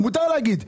מותר להגיד.